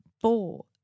four